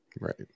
right